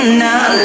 now